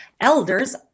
elders